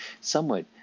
somewhat